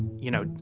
you know,